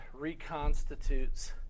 reconstitutes